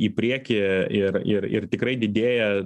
į priekį ir ir ir tikrai didėja